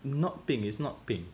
not pink it's not pink